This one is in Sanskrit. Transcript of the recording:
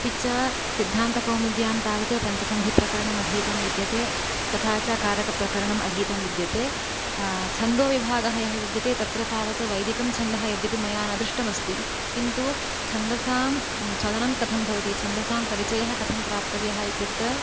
अपि च सिद्धान्तकौमुद्यां तावत् पञ्चसन्धिप्रकरणम् अधीतं विद्यते तथा च कारकप्रकरणं अधीतं विद्यते छन्दो विभागः यः विद्यते तत्र तावत् वैदिकं छन्दः यद्यपि मया न दृष्टमस्ति किन्तु छन्दसां चलनं कथं भवति छन्दसां परिचयः कथं प्राप्तव्यः इत्यत्र